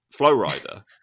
Flowrider